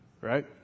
right